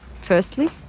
firstly